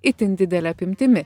itin didele apimtimi